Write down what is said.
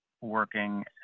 working